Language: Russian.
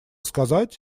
сказать